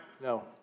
No